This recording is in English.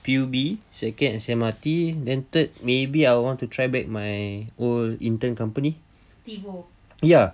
P_U_B second S_M_R_T then third maybe I want to try back my old intern company ya